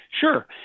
Sure